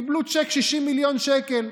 קיבלו צ'ק 60 מיליון שקל.